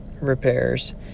repairs